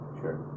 sure